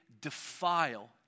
defile